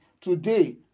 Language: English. today